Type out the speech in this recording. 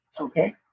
okay